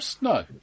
No